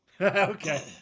Okay